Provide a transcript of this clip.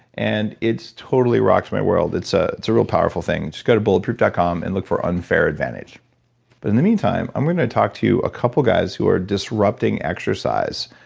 and it totally rocks my world. it's ah it's a real powerful thing. just go to bulletproof dot com and look for unfair advantage but in the meantime, i'm going to talk to a couple guys who are disrupting exercise.